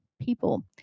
people